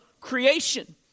creation